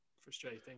frustrating